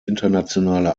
internationale